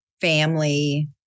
family